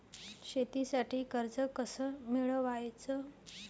शेतीसाठी कर्ज कस मिळवाच?